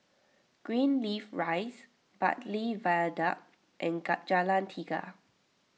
Greenleaf Rise Bartley Viaduct and Jalan Tiga